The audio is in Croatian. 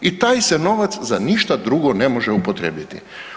I taj se novac za ništa drugo ne može upotrijebiti.